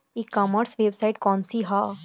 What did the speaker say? ई commerce website कौन सी है?